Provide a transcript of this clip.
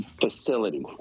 facility